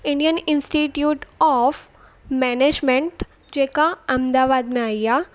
Indian Institute of Management जेका अहमदाबाद में आई आहे